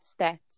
stats